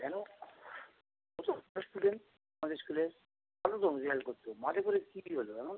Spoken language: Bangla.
কেনো ও তো ভালো স্টুডেন্ট আমাদের স্কুলের ভালো তো রেজাল্ট করতো মাঝে পড়ে কী হলো এমন